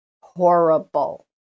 Horrible